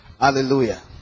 hallelujah